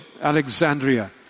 Alexandria